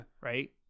Right